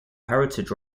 heritage